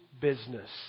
business